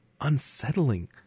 unsettling